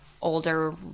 older